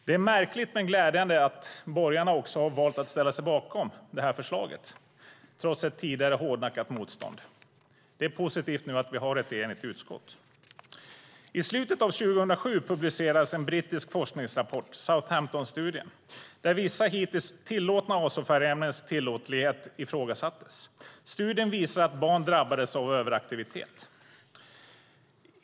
Det är märkligt men glädjande att borgarna har valt att ställa sig bakom vårt förslag trots ett tidigare hårdnackat motstånd. Det är positivt att vi har ett enigt utskott. I slutet av 2007 publicerades en brittisk forskningsrapport, Southamptonstudien , där vissa hittills tillåtna azofärgämnens tillåtlighet ifrågasattes. Studien visade att barn drabbades av överaktivitet.